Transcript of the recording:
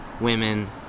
women